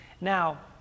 now